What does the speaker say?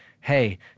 hey